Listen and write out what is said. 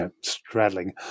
straddling